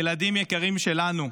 ילדים יקרים שלנו,